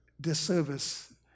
disservice